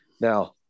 Now